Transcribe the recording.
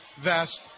vest